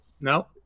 no